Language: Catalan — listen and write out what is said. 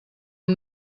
amb